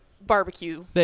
barbecue